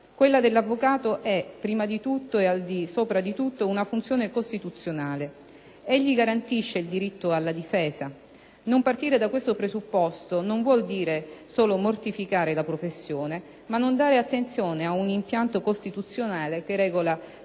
Quella dell'avvocato è, prima di tutto e al di sopra di tutto, una funzione costituzionale: egli garantisce il diritto alla difesa. Non partire da questo presupposto vuol dire non solo mortificare la professione, ma anche non dare attuazione ad un impianto costituzionale che regola l'esercizio